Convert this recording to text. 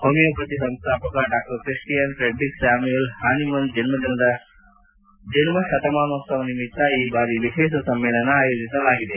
homeopathy ಸಂಸ್ಥಾಪಕ doctor Christian Friedrich Samuel Hahnemann ಜನ್ಮ ಶತಮಾನೋತ್ಲವ ನಿಮಿತ್ತ ಈ ಬಾರಿ ವಿಶೇಷ ಸಮ್ಮೇಳನ ಆಯೋಜಿಲಾಗಿದೆ